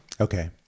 Okay